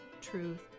Truth